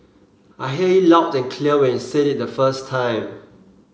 I hear you loud and clear when you said it the first time